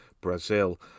brazil